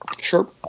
Sure